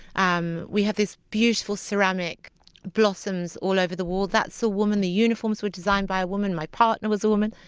um we have these beautiful ceramic blossoms all over the wall that's a woman. the uniforms were designed by a woman. my partner was a woman.